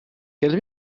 quelle